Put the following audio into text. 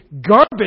garbage